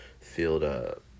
field